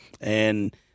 And-